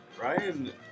Ryan